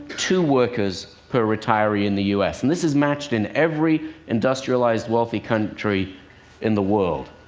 two workers per retiree in the u s. and this is matched in every industrialized, wealthy country in the world.